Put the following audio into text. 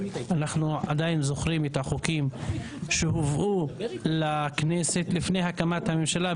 אנחנו עדיין זוכרים את החוקים שהובאו לכנסת לפני הקמת הממשלה,